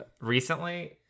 Recently